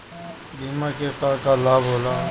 बिमा के का का लाभ होला?